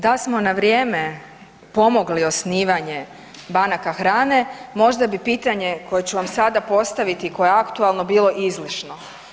Da smo na vrijeme pomogli osnivanje banaka hrane možda bi pitanje koje ću vam sada postaviti i koje je aktualno bilo izlišno.